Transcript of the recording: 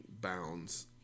bounds